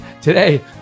Today